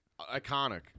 Iconic